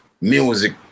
music